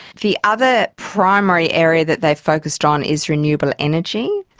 the other primary area that they focused on is renewable energy.